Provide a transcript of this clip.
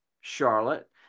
Charlotte